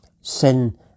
sin